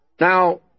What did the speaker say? Now